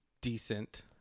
decent